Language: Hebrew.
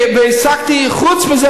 וחוץ מזה,